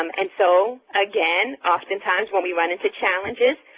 um and so again oftentimes when we run into challenges,